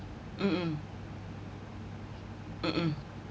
mm mm mm mm